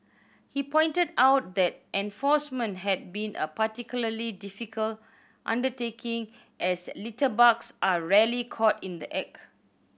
he pointed out that enforcement had been a particularly difficult undertaking as litterbugs are rarely caught in the act